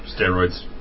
Steroids